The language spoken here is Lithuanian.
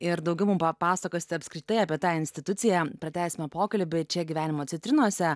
ir daugiau mum papasakosite apskritai apie tą instituciją pratęsime pokalbį čia gyvenimo citrinose